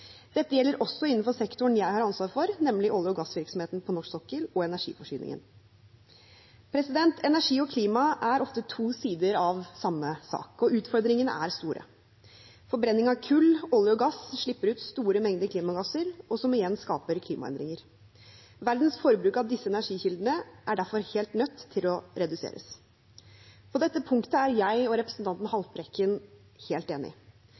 Dette gjelder også innenfor sektoren jeg har ansvar for, nemlig olje- og gassvirksomheten på norsk sokkel og energiforsyningen. Energi og klima er ofte to sider av samme sak, og utfordringene er store. Forbrenning av kull, olje og gass slipper ut store mengder klimagasser, noe som igjen skaper klimaendringer. Verdens forbruk av disse energikildene er derfor helt nødt til å reduseres. På dette punktet er jeg og representanten Haltbrekken helt